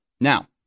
now